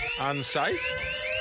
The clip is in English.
unsafe